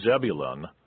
Zebulun